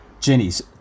Jenny's